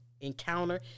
encounter